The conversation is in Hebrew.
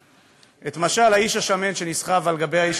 את משל האיש השמן שנסחב על גבי האיש,